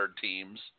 teams